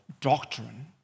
doctrine